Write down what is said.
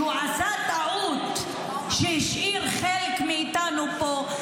שעשה טעות שהשאיר חלק מאיתנו פה,